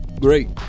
great